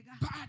Bad